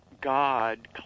God